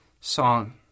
song